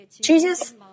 Jesus